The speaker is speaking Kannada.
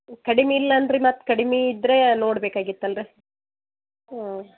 ಕಡಿಮೆ ಇಲ್ಲ ಏನ್ರಿ ಮತ್ತು ಕಡಿಮೆ ಇದ್ರೆ ನೋಡ್ಬೇಕಾಗಿತಲ್ಲ ರೀ ಹ್ಞೂ